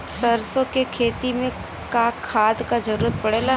सरसो के खेती में का खाद क जरूरत पड़ेला?